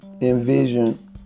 envision